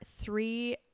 three